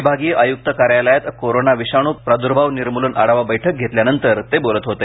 विभागीय आयुक्त कार्यालयात कोरोना विषाणू प्रादुर्भाव निर्मूलन आढावा बैठक घेतल्यानंतर ते बोलत होते